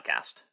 Podcast